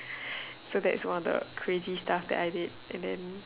so that is one of the crazy stuff that I did and then